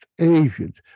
Asians